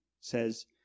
says